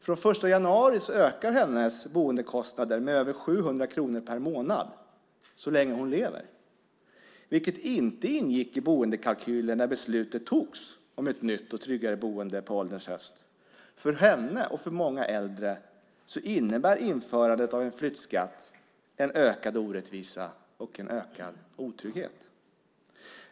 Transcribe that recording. Från den 1 januari ökar hennes boendekostnader med över 700 kronor per månad, så länge hon lever, vilket inte ingick i boendekalkylen när beslutet togs om ett nytt och tryggare boende på ålderns höst. För henne och för många äldre innebär införandet av en flyttskatt en ökad orättvisa och en ökad otrygghet.